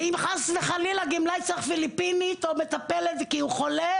אז רק שתדעו ואם חס וחלילה גמלאי צריך פיליפינית או מטפלת כי הוא חולה,